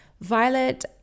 Violet